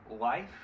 life